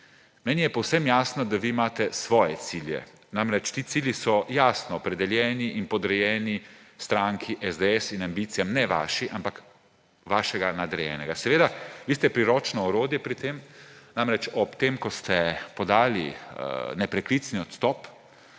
Meni je povsem jasno, da vi imate svoje cilje. Ti cilji so jasno opredeljeni in podrejeni stranki SDS in ambicijam, ne vašim, ampak vašega nadrejenega. Seveda, vi ste priročno orodje pri tem. Ob tem, ko ste podali nepreklicni odstop